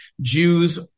Jews